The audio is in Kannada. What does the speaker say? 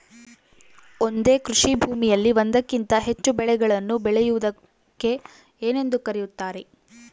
ಒಂದೇ ಕೃಷಿಭೂಮಿಯಲ್ಲಿ ಒಂದಕ್ಕಿಂತ ಹೆಚ್ಚು ಬೆಳೆಗಳನ್ನು ಬೆಳೆಯುವುದಕ್ಕೆ ಏನೆಂದು ಕರೆಯುತ್ತಾರೆ?